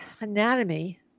anatomy